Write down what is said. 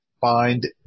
find